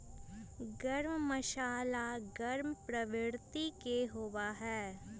गर्म मसाला गर्म प्रवृत्ति के होबा हई